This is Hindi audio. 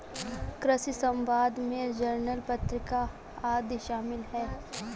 कृषि समवाद में जर्नल पत्रिका आदि शामिल हैं